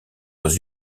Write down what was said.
dans